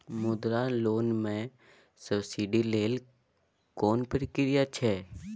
मुद्रा लोन म सब्सिडी लेल कोन प्रक्रिया छै?